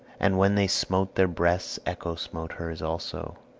and when they smote their breasts echo smote hers also.